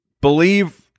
believe